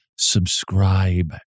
Subscribe